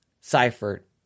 Seifert